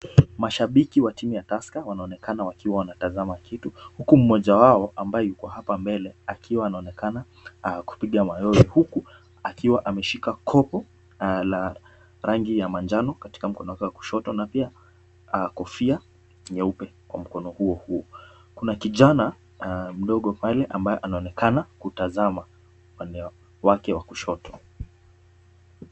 Mashabiki wa timu ya Tusker wanaonekana wakiwa wanatazama kitu huku mmoja wao ambaye yuko hapa mbele akiwa anaonekana kupiga mayowe huku akiwa ameshika kopo la rangi ya manjano katika mkono wake wa kushoto na pia kofia nyeupe kwa mkono huo huo. Kuna kijana mdogo pale ambaye anaonekana kutazama upande wake wa kushoto.